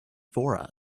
for